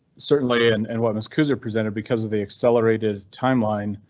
certainly, and and what miss kooser presented because of the accelerated timeline